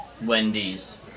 Wendy's